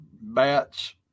bats